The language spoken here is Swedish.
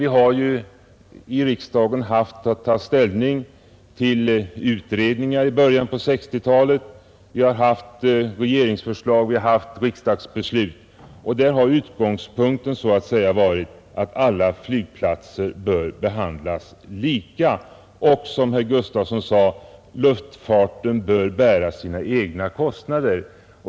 I början på 1960-talet tog vi här i riksdagen ställning till en utredning, och vi har haft regeringsförslag och fattat beslut här i riksdagen, och utgångspunkten har då så att säga varit att alla flygplatser bör behandlas lika. Som herr Gustafson i Göteborg sade bör också luftfarten bära sina egna kostnader.